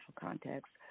context